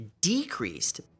decreased